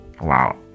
wow